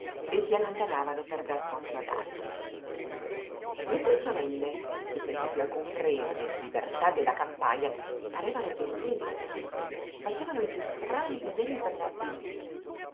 tempo si allontanavano per dar posto ad altri le tre sorelle senza piú alcun freno nella libertà della campagna parevano addirittura impazzite facevano i piú strani disegni per